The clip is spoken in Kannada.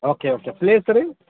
ಓಕೆ ಓಕೆ ಪ್ಲೇಸ್ ರೀ